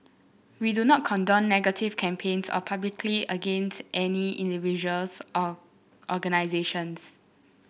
we do not condone negative campaigns or publicity against any individuals or organisations